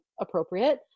Appropriate